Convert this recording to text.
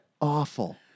awful